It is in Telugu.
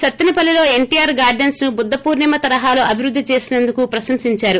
సత్తెనపల్లిలో ఎన్టీఆర్ గార్టెన్స్ ను బుద్దపూర్ణిమ తరహాలో అభివృద్ది చేసినందుకు ప్రశంసిందారు